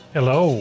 Hello